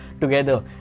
together